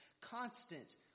constant